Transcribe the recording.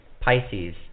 Pisces